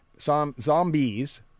zombies